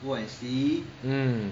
mm